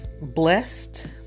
blessed